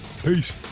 Peace